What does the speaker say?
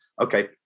Okay